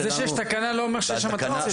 זה שיש תקנה לא אומר שיש שם תקציב.